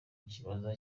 kizaba